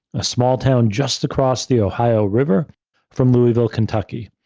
a small town just across the ohio river from louisville, kentucky.